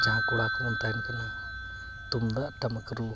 ᱡᱟᱦᱟᱸ ᱠᱚᱲᱟ ᱠᱚᱵᱚᱱ ᱛᱟᱦᱮᱱ ᱠᱟᱱᱟ ᱛᱩᱢᱫᱟᱜ ᱴᱟᱢᱟᱠ ᱨᱩ